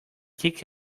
kick